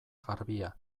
garbia